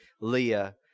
Leah